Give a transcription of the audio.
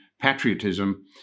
patriotism